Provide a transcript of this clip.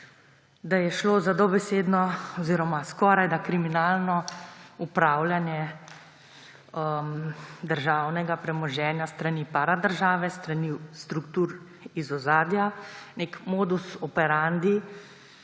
da je šlo za skorajda kriminalno upravljanje državnega premoženja s strani paradržave, s strani struktur iz ozadja, nek modus operandi